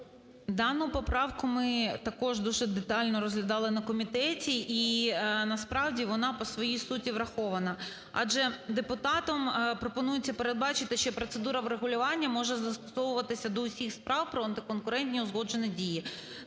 Дану поправку ми також дуже детально розглядали на комітеті, і насправді вона по своїй суті врахована. Адже депутатом пропонується передбачити, що процедура врегулювання може застосовуватися до усіх справ про антиконкурентні узгоджені дії.